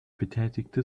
betätigte